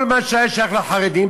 כל מה שהיה שייך לחרדים,